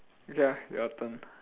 ya your turn